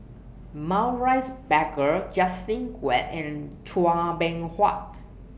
Maurice Baker Justin Quek and Chua Beng Huat